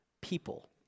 people